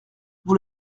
vous